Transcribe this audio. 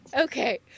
Okay